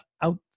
out